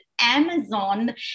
Amazon